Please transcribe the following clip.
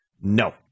No